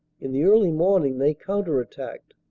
in the early morning they counter-attacked,